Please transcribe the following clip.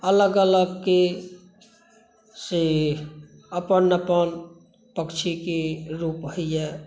अलग अलगके से अपन अपन पक्षीके रूप होइए